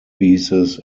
pieces